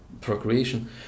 procreation